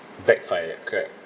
backfire correct